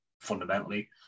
fundamentally